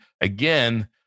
again